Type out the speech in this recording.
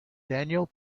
daniel